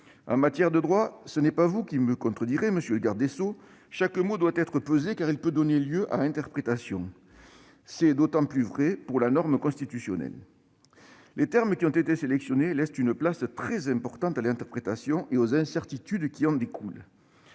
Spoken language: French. En matière de droit- ce n'est pas vous qui me contredirez, monsieur le garde des sceaux -, chaque mot doit être pesé, car il peut donner lieu à interprétation. C'est d'autant plus vrai pour la norme constitutionnelle. Les termes qui ont été sélectionnés laissent une place très importante à l'interprétation et aux incertitudes qui en découlent.